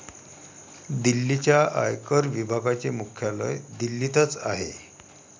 दिल्लीच्या आयकर विभागाचे मुख्यालय दिल्लीतच आहे